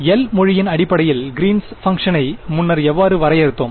L மொழியின் அடிப்படையில் green's பங்க்ஷனைgreen's function முன்னர் எவ்வாறு வரையறுத்தோம்